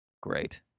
great